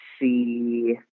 see